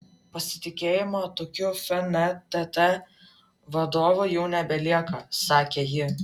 pasitikėjimo tokiu fntt vadovu jau nebelieka sakė ji